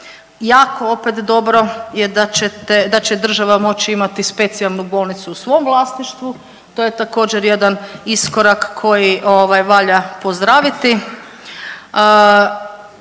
jako opet dobro da ćete, da će država moći imati specijalnu bolnicu u svom vlasništvu, to je također, jedan iskorak koji ovaj, valja pozdraviti.